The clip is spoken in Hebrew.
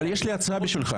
אבל יש לי הצעה בשבילך.